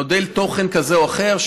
מודל תוכן כזה או אחר,